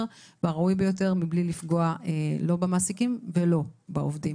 והראוי ביותר מבלי לפגוע במעסיקים ובעובדים.